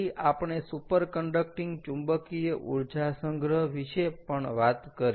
પછી આપણે superconducting ચુંબકીય ઊર્જા સંગ્રહ વિશે પણ વાત કરી